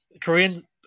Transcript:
Korean